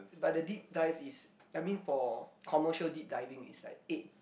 but the deep dive is I mean for commercial deep diving is like eight